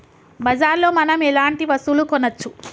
బజార్ లో మనం ఎలాంటి వస్తువులు కొనచ్చు?